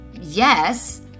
yes